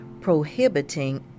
prohibiting